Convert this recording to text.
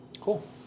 Cool